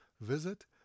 visit